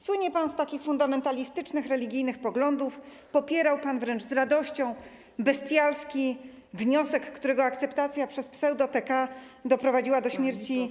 Słynie pan z fundamentalistycznych religijnych poglądów, popierał pan wręcz z radością bestialski wniosek, którego akceptacja przez pseudo-TK doprowadziła do śmierci.